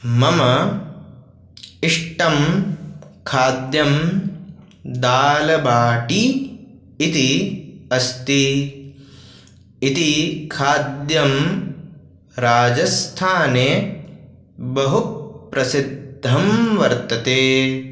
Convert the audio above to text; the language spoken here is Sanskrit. मम इष्टं खाद्यं दालबाटी इति अस्ति इति खाद्यं राजस्थाने बहुप्रसिद्धं वर्तते